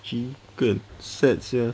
chicken sad sia